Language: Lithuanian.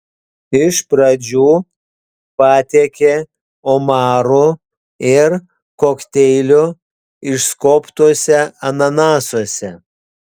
iš pradžių patiekė omarų ir kokteilių išskobtuose ananasuose